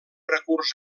recurs